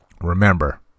remember